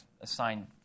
assigned